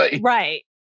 Right